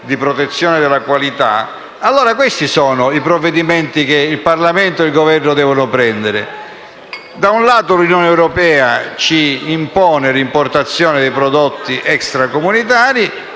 di protezione della qualità, questi sono i provvedimenti che il Parlamento e il Governo devono prendere. Da un lato, l'Unione europea ci impone l'importazione di prodotti extracomunitari,